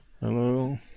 Hello